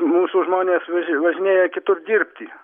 mūsų žmonės važinėja kitur dirbti